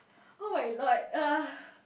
oh my lord uh